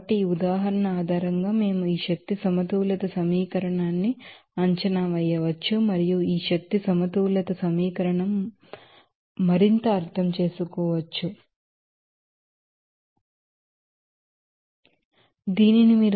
కాబట్టి ఈ ఉదాహరణ ఆధారంగా మేము ఈ ఎనర్జీ బాలన్స్ ఈక్వేషన్ న్ని అంచనా వేయవచ్చు మరియు ఈ ఎనర్జీ బాలన్స్ ఈక్వేషన్ న్ని మనం మరింత అర్థం చేసుకోవచ్చు మీకు ఖచ్చితంగా తెలుసు